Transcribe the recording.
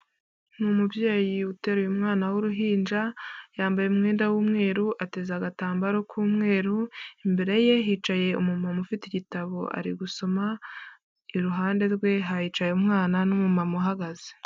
Ni umubyeyi uteruye umwana w'uruhinja yambaye umwenda w'umweru, ateze agatambaro k'umweru imbere ye hicaye umuntu ufite igitabo, ari gusoma iruhande rwe haicaye umwana n'umumama uhagaze.